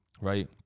right